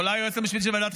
אתה חושב שאתה יודע הכול.